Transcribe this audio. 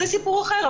זה סיפור אחר,